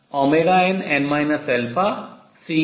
2 nn